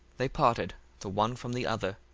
they parted the one from the other,